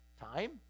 time